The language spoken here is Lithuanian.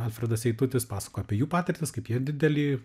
alfredas eitutis pasakojo apie jų patirtis kaip jie didelį